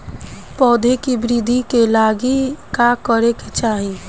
पौधों की वृद्धि के लागी का करे के चाहीं?